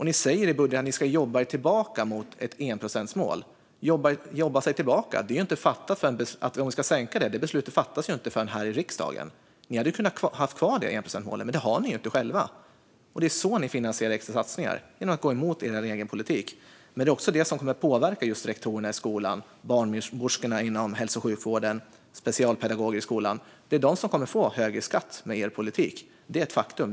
Ni säger i er budget att ni ska jobba er tillbaka mot ett enprocentsmål. Men beslutet om att sänka detta fattades ju först här i riksdagen. Ni hade kunnat ha kvar enprocentmålet själva, men det har ni inte. Ni finansierar extrasatsningar genom att gå emot er egen politik. Det är också detta som kommer att påverka just rektorerna i skolan, barnmorskorna inom hälso och sjukvården och specialpedagoger i skolan. Det är de som kommer att få högre skatt med er politik. Det är ett faktum.